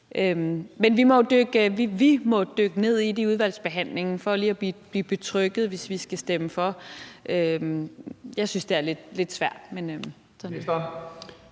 Men vi må jo dykke ned i det i udvalgsbehandlingen for lige at blive betrygget, hvis vi skal stemme for. Jeg synes, det er lidt svært,